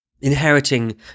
inheriting